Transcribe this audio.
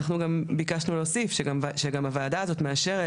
אנחנו גם ביקשנו להוסיף שגם הוועדה הזאת מאשרת